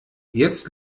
jetzt